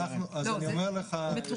אני בסוף